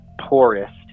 poorest